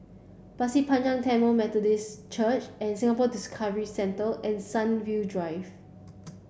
Pasir Panjang Tamil Methodist Church and Singapore Discovery Centre and Sunview Drive